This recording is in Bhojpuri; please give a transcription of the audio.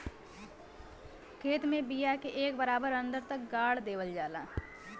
खेत में बिया के एक बराबर अन्दर तक गाड़ देवल जाला